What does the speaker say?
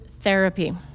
Therapy